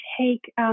take